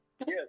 Yes